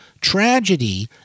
tragedy